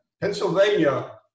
Pennsylvania